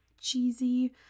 cheesy